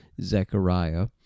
Zechariah